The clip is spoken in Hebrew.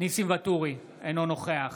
ניסים ואטורי, אינו נוכח